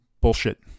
Bullshit